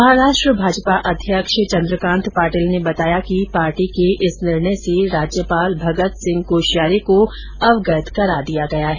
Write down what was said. महाराष्ट्र भाजपा अध्यक्ष चन्द्रकांत पाटिल ने बताया कि पार्टी के इस निर्णय से राज्यपाल भगत सिंह कोश्यारी को अवगत करा दिया गया है